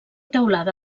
teulada